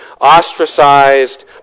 ostracized